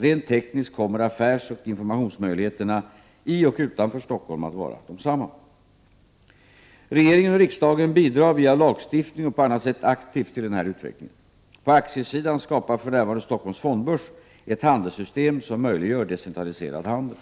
Rent tekniskt kommer affärsoch informationsmöjligheterna i och utanför Stockholm att vara desamma. Regeringen och riksdagen bidrar via lagstiftning och på annat sätt aktivt till denna utveckling. På aktiesidan skapar för närvarande Stockholms Fondbörs ett handelssystem som möjliggör decentraliserad handel.